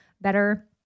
better